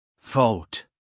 Vote